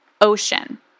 ocean